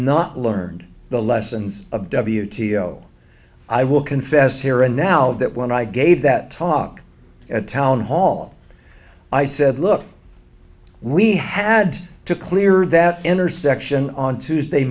not learned the lessons of w t o i will confess here and now that when i gave that talk at town hall i said look we had to clear that intersection on tuesday